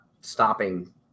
stopping